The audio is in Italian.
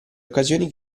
occasioni